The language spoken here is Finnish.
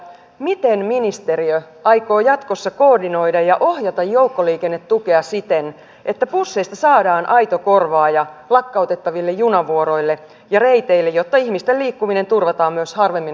miten ministeriö aikoo jatkossa koordinoida ja ohjata joukkoliikennetukea siten että busseista saadaan aito korvaaja lakkautettaville junavuoroille ja reiteille jotta ihmisten liikkuminen turvataan myös harvemmin asutuilla alueilla